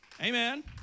Amen